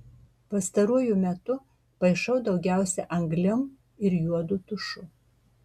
pastaruoju metu paišau daugiausia anglim ir juodu tušu